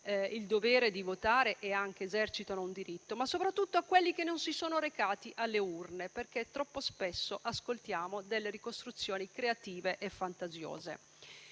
il dovere di votare e che esercitano anche un diritto, ma soprattutto a quelli che non si sono recati alle urne, perché troppo spesso ascoltiamo delle ricostruzioni creative e fantasiose.